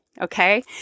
okay